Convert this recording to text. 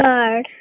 Card